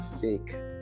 fake